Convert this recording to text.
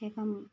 जे कम्म